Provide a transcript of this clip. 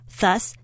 thus